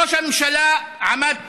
ראש הממשלה עמד פה,